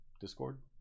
Discord